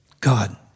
God